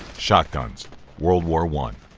shotguns world war one